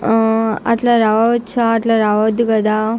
అట్ల రావచ్చా అట్ల రావద్దు కదా